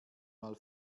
mal